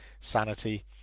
sanity